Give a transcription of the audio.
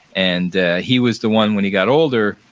and he was the one, when he got older,